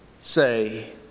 say